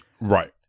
Right